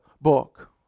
book